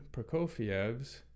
Prokofiev's